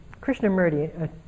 Krishnamurti